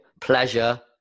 Pleasure